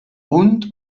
und